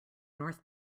north